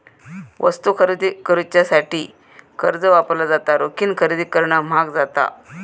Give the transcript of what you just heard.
वस्तू खरेदी करुच्यासाठी कर्ज वापरला जाता, रोखीन खरेदी करणा म्हाग जाता